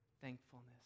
thankfulness